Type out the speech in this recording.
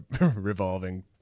revolving